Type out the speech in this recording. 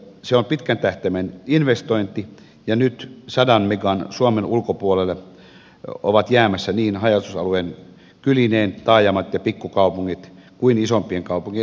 se on pitkän tähtäimen investointi ja nyt sadan megan suomen ulkopuolelle ovat jäämässä niin haja asutusalueet kylineen taajamat ja pikkukaupungit kuin isompien kaupunkien lähiötkin